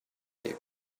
you